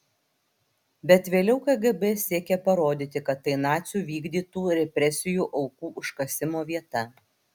bet vėliau kgb siekė parodyti kad tai nacių vykdytų represijų aukų užkasimo vieta